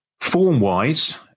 Form-wise